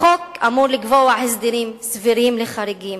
החוק אמור לקבוע הסדרים סבירים לחריגים,